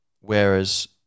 Whereas